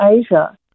Asia